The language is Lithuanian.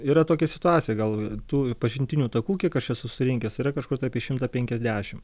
yra tokia situacija gal tų pažintinių takų kiek aš esu surinkęs yra kažkur tai apie šimtą penkiasdešim